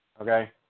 okay